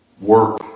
work